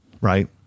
right